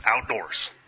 Outdoors